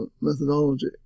methodology